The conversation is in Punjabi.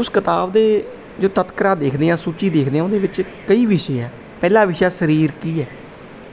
ਉਸ ਕਿਤਾਬ ਦੇ ਜੋ ਤਤਕਰਾ ਦੇਖਦੇ ਹਾਂ ਸੂਚੀ ਦੇਖਦੇ ਹਾਂ ਉਹਦੇ ਵਿੱਚ ਕਈ ਵਿਸ਼ੇ ਹੈ ਪਹਿਲਾ ਵਿਸ਼ਾ ਸਰੀਰ ਕੀ ਹੈ